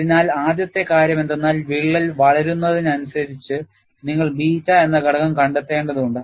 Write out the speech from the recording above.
അതിനാൽ ആദ്യത്തെ കാര്യം എന്തെന്നാൽ വിള്ളൽ വളരുന്നതിനനുസരിച്ച് നിങ്ങൾ ബീറ്റ എന്ന ഘടകം കണ്ടെത്തേണ്ടതുണ്ട്